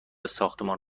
ساختمان